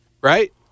right